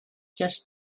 just